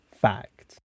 fact